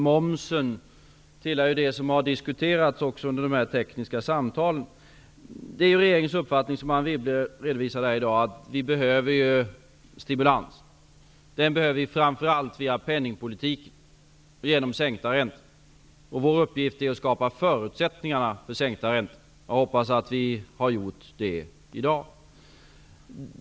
Momsen tillhör det som också under de här tekniska samtalen har diskuterats. Som Anne Wibble redovisade tidigare i dag är det regeringens uppfattning att det behövs stimulans. Stimulansen behövs framför allt via penningpolitiken och sänkta räntor. Vår uppgift är att skapa förutsättningar för sänkta räntor. Jag hoppas att vi har gjort det i dag.